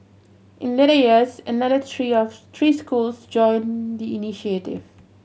in later years another three schools joined the initiative